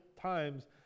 times